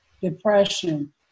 depression